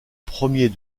premier